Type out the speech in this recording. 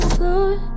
good